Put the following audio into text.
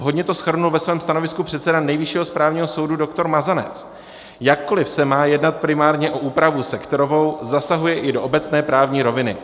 Vhodně to shrnul ve svém stanovisku předseda Nejvyššího správního soudu doktor Mazanec: Jakkoliv se má jednat primárně o úpravu sektorovou, zasahuje i do obecné právní roviny.